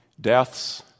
Deaths